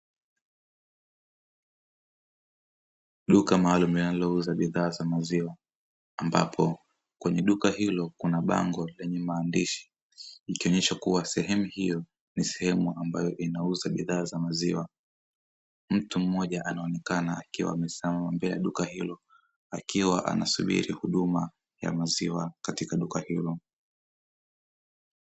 Duka maalumu linalouza bidhaa za maziwa, ambapo kwenye duka hilo kuna bango lenye maandishi ikionyesha kuwa sehemu hiyo ni sehemu ambayo inauza bidhaa za maziwa. Mtu mmoja anaonekana akiwa amesimama mbele ya duka hilo, akiwa anasubiri huduma ya maziwa katika duka hilo.